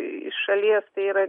iš šalies tai yra